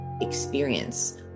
experience